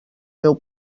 meu